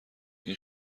این